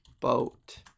boat